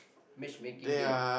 matchmaking day